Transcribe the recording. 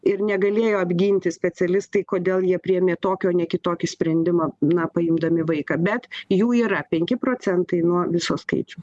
ir negalėjo apginti specialistai kodėl jie priėmė tokį o ne kitokį sprendimą na paimdami vaiką bet jų yra penki procentai nuo viso skaičiau